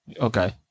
Okay